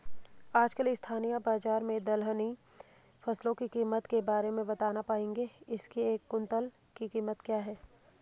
आजकल स्थानीय बाज़ार में दलहनी फसलों की कीमत के बारे में बताना पाएंगे इसकी एक कुन्तल की कीमत क्या है?